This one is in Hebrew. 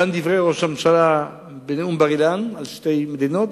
גם דברי ראש הממשלה בנאום בר-אילן על שתי מדינות,